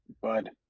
Bud